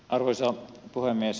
arvoisa puhemies